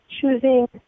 Choosing